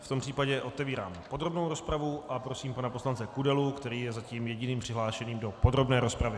V tom případě otevírám podrobnou rozpravu a prosím pana poslance Kudelu, který je zatím jediným přihlášeným do podrobné rozpravy.